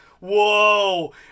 Whoa